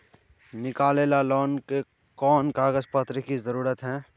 निकाले ला कोन कोन कागज पत्र की जरूरत है?